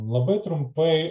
labai trumpai